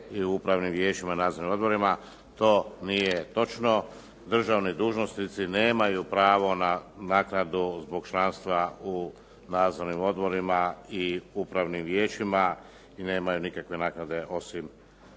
i u upravnim vijećima, nadzornim odborima to nije točno. Državni dužnosnici nemaju pravo na naknadu zbog članstva u nadzornim odborima i upravnim vijećima i nemaju nikakve naknade osim